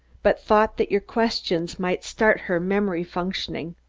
but thought that your questions might start her memory functioning.